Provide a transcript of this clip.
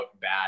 bad